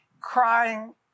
crying